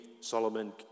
Solomon